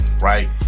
right